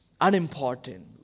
unimportant